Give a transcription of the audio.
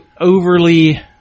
overly